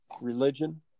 religion